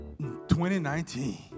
2019